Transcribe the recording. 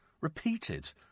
Repeated